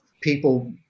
people